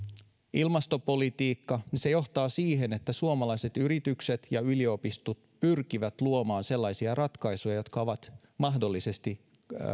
ilmastopolitiikka niin se johtaa siihen että suomalaiset yritykset ja yliopistot pyrkivät luomaan sellaisia ratkaisuja jotka ovat mahdollisesti